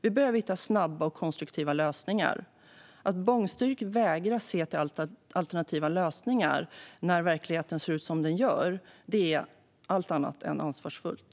Vi behöver hitta snabba och konstruktiva lösningar. Att bångstyrigt vägra se till alternativa lösningar när verkligheten ser ut som den gör är allt annat än ansvarsfullt.